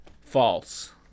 False